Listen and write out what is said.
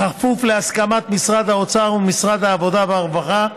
בכפוף להסמכת משרד האוצר ומשרד העבודה והרווחה.